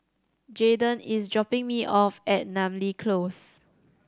Jaydon is dropping me off at Namly Close